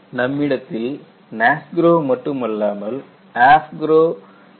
நம்மிடத்தில் NASGROW மட்டுமல்லாமல் AFGROW Version 4